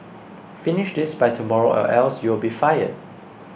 finish this by tomorrow or else you'll be fired